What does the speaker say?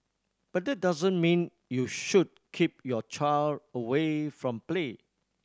but that doesn't mean you should keep your child away from play